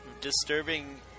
disturbing